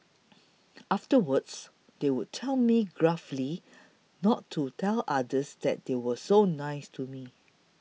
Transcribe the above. afterwards they would tell me gruffly not to tell others that they were so nice to me